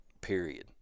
period